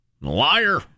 Liar